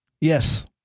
Yes